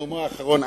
בנאומו האחרון,